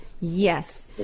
Yes